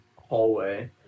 hallway